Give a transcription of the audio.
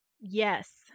Yes